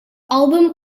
album